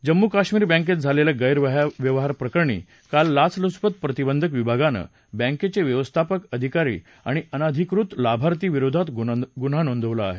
जम्मू काश्मीर बँकेत झालेल्या गैरव्यवहार प्रकरणी काल लाचलुचपत प्रतिबंधक विभागानं बँकेचे व्यवस्थापक अधिकारी आणि अनाधिककृत लाभार्थी विरोधात गुन्हा नोंदवला आहे